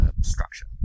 structure